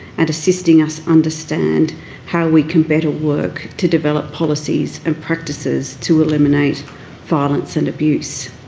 and assisting us understand how we can better work to develop policies and practices to eliminate violence and abuse.